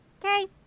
Okay